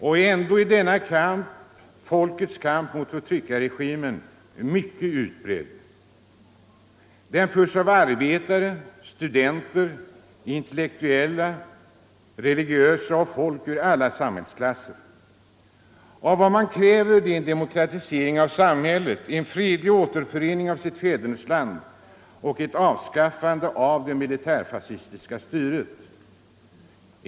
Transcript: Och ändå är denna folkets kamp mot förtryckarregimen mycket utbredd. Den förs av arbetare, studenter, intellektuella, religiösa och människor ur alla samhällsklasser. Vad man kräver är en demokratisering av samhället, en fredlig återförening av sitt fädernesland och ett avskaffande av det militärfascistiska styret.